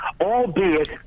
albeit